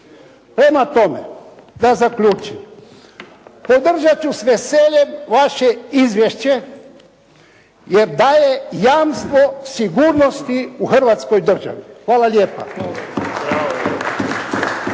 Prema tome, da zaključim. Podržati ću s veseljem vaše izvješće jer daje jamstvo sigurnosti u Hrvatskoj državi. Hvala lijepo.